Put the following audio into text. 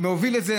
הוביל את זה,